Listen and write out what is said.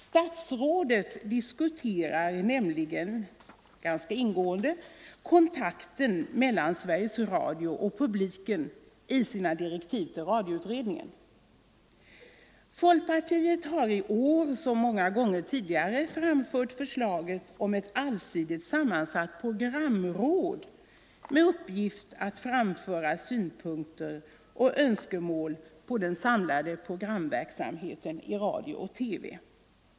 Statsrådet diskuterar nämligen — ganska ingående - kontakten mellan Sveriges Radio och publiken i sina direktiv till radioutredningen. Folkpartiet har i år, som många gånger tidigare, framfört förslaget om FåR att ett allsidigt sammansatt programråd skall bildas med uppgift att fram Nr 125 föra synpunkter och önskemål på den samlade programverksamheten Onsdagen den i radio och TV.